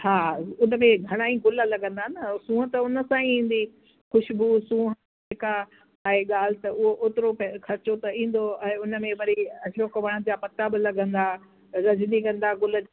हा उन में घणा ई गुल लॻंदा न सूंहं त उन सां ई ईंदी ख़ुशबू सूंहं जेका ऐं ॻाल्हि त उहा त ओतिरो ख़र्चो त ईंदो ऐं उन में वरी अशोक वण जा पता बि लॻंदा रजनीगंदा गुल जा